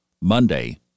Monday